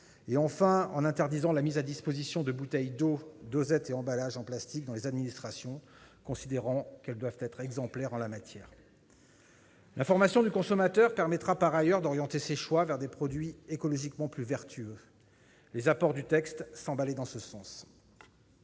enfin, en interdisant la mise à disposition de bouteilles d'eau, dosettes et emballages en plastique dans les administrations, considérant que celles-ci doivent être exemplaires en la matière. L'information du consommateur permettra par ailleurs d'orienter ses choix vers des produits écologiquement plus vertueux. Les apports du texte semblent aller dans ce sens.